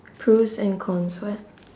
pros and cons [what]